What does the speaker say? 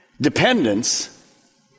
dependence